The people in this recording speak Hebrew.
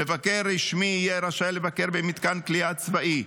מבקר רשמי יהיה רשאי לבקר במתקן כליאה צבאי,